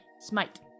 Smite